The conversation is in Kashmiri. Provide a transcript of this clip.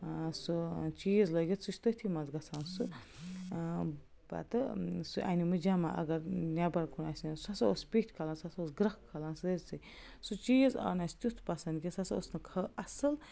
سُہ چیٖز لٲگِتھ سُہ چھُ تٔتھی منٛز گَژھان سُہ پتہٕ سُہ اَنمہٕ جمع اگر نٮ۪بر کُن آسہِ ہا سُہ اوس پٮ۪ٹھ کھلان سُہ اوس گریٚکھ کھلان سٲرسٕے سُہ چیٖز آو نہٕ اَسہِ تیُتھ پسنٛد کیٚنٛہہ سُہ ہسا اوس نہٕ اَصٕل